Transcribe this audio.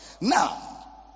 Now